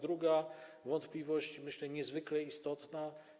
Druga wątpliwość jest niezwykle istotna.